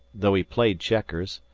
though he played checkers,